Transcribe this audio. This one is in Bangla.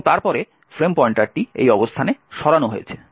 এবং তারপরে ফ্রেম পয়েন্টারটি এই অবস্থানে সরানো হয়েছে